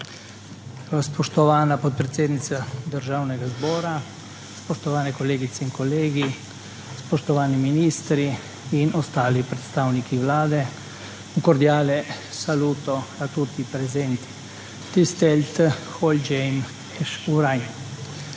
Spoštovana podpredsednica Državnega zbora, spoštovani kolegice in kolegi, spoštovani ministri in drugi predstavniki Vlade! Un cordiale saluto a tutti presenti! Tisztelt Hölgyeim és Uraim!